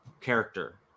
character